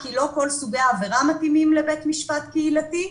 כי לא כל סוגי העבירה מתאימים לבית משפט קהילתי,